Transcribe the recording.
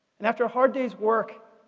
and after a hard day's work,